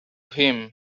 him